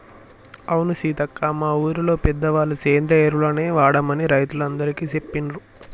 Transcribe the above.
అవును సీతక్క మా ఊరిలో పెద్దవాళ్ళ సేంద్రియ ఎరువులనే వాడమని రైతులందికీ సెప్పిండ్రు